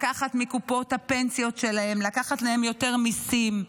לקחת מקופות הפנסיות שלהם, לקחת להם יותר מיסים,